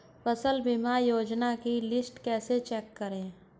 फसल बीमा योजना की लिस्ट कैसे चेक करें?